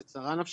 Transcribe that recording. זאת צרה נפשית,